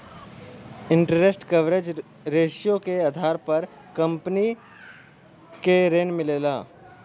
interest coverage ratio के आधार पर कंपनी के ऋण मिलला